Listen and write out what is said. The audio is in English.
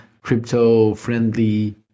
crypto-friendly